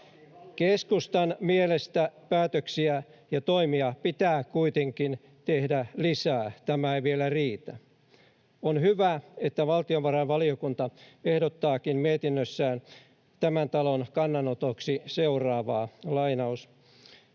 Keskustan mielestä päätöksiä ja toimia pitää kuitenkin tehdä lisää. Tämä ei vielä riitä. On hyvä, että valtiovarainvaliokunta ehdottaakin mietinnössään tämän talon kannanotoksi seuraavaa: ”Eduskunta